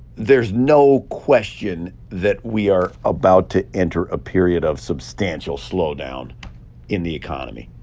there's no question that we are about to enter a period of substantial slowdown in the economy.